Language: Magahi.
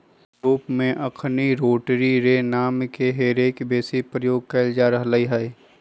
यूरोप में अखनि रोटरी रे नामके हे रेक बेशी प्रयोग कएल जा रहल हइ